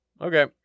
Okay